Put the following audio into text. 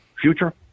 future